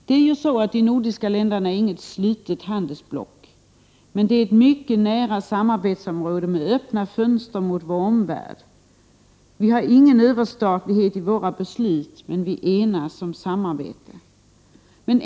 De nordiska länderna är ju inget slutet handelsblock utan ett område med mycket nära samarbete, med öppna fönster mot vår omvärld. Vi har ingen överstatlighet i våra beslut, men vi enas om samarbete.